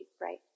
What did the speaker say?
right